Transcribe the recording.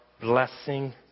blessing